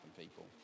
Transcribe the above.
people